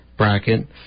Bracket